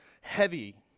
heavy